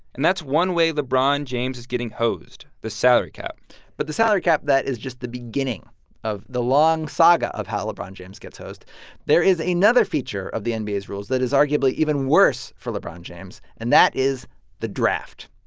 and that's one way lebron james is getting hosed the salary cap but the salary cap that is just the beginning of the long saga of how lebron james gets hosed there is another feature of the and nba's rules that is arguably even worse for lebron james, and that is the draft.